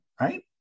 right